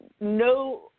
no –